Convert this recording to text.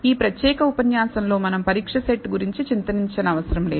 ఈ ప్రత్యేక ఉపన్యాసంలో మనం పరీక్ష సెట్ గురించి చింతించనవసరం లేదు